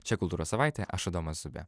čia kultūros savaitė aš adomas zubė